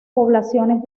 poblaciones